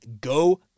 Go